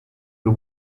the